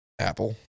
apple